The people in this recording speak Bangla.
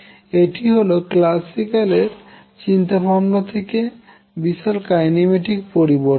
এটি হল ক্ল্যাসিক্যাল এর চিন্তাভাবনা থেকে বিশাল কাইনেমেটিক পরিবর্তন